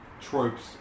tropes